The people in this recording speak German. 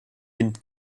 wind